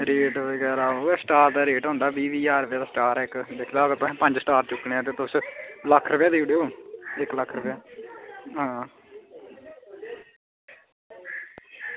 rate बगैरा ओह् stall दा रेट होंदा बीह् बीह् ज्हार रपेआ स्टार इक्क निकलेआ ते तुस पंज स्टार निकलेआ ते लक्ख रपेआ देई ओड़ेओ इक्क लक्ख रपेआ आं